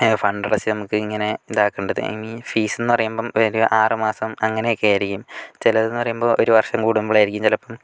ഫണ്ടടച്ച് നമുക്കിങ്ങനെ ഇതാക്കണ്ടത് ഈ ഫീസെന്ന് പറയുമ്പം ഒരു ആറ് മാസം അങ്ങനെയൊക്കെ ആയിരിക്കും ചിലതെന്ന് പറയുമ്പോൾ ഒരു വർഷം കൂടുമ്പോളായിരിക്കും ചിലപ്പം